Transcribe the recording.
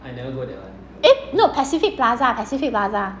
eh no pacific plaza pacific plaza